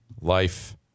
life